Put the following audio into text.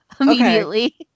immediately